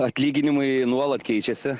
atlyginimai nuolat keičiasi